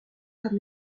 comme